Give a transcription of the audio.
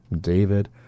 David